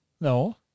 No